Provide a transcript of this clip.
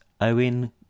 Owen